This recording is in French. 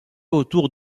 autour